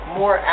more